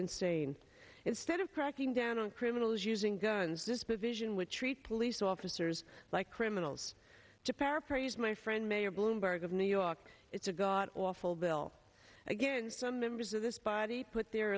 insane instead of cracking down on criminals using guns this provision which treats police officers like criminals to paraphrase my friend mayor bloomberg of new york it's a god awful bill again some members of this body put their